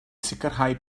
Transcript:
sicrhau